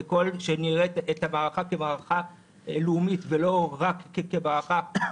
ככל שנראה את המערכה כמערכה לאומית ולא רק כמערכה